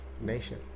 nation